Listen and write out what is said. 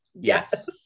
yes